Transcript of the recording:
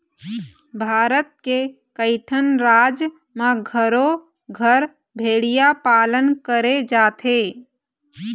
भारत के कइठन राज म घरो घर भेड़िया पालन करे जाथे